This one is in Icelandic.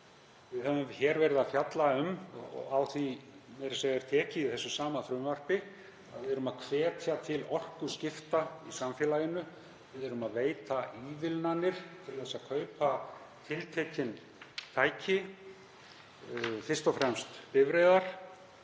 Við höfum verið að fjalla um, og á því er meira að segja tekið í þessu sama frumvarpi, að við verðum að hvetja til orkuskipta í samfélaginu. Við þurfum að veita ívilnanir til að kaupa tiltekin tæki, fyrst og fremst bifreiðar,